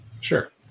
sure